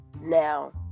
now